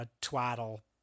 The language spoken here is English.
twaddle